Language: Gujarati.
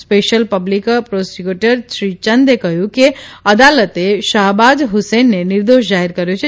સ્પેશ્યલ પબ્લીક પ્રોસીક્વ્યટર શ્રીચંદે કહ્યું કે અદાલતે શાહબાજ હુસેનને નિર્દોષ જાહેર કર્યો છે